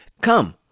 come